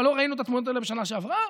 מה, לא ראינו את התמונות האלה בשנה שעברה?